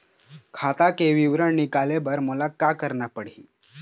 खाता के विवरण निकाले बर मोला का करना पड़ही?